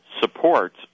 support